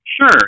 Sure